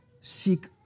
seek